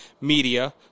media